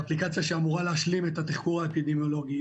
כאפליקציה שאמורה להשלים את התחקור האפידמיולוגי.